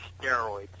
steroids